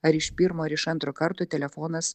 ar iš pirmo ar iš antro karto telefonas